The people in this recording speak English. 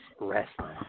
wrestling